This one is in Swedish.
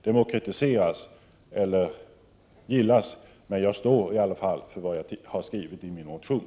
Det må kritiseras eller gillas, men jag står i alla fall för vad jag har skrivit i min motion.